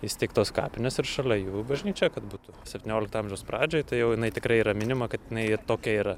įsteigtos kapinės ir šalia jų bažnyčia kad būtų septyniolikto amžiaus pradžioj tai jau jinai tikrai yra minimą kad jinai tokia yra